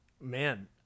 man